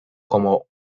como